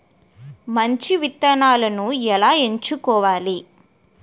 మంచి విత్తనాలను ఎలా ఎంచుకోవాలి?